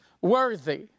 worthy